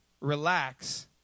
relax